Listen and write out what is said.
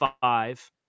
five